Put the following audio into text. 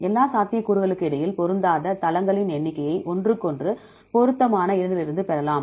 எல்லா சாத்தியக்கூறுகளுக்கிடையில் பொருந்தாத தளங்களின் எண்ணிக்கையை ஒன்றுக்கொன்று பொருத்தமான இரண்டிலிருந்து பெறலாம்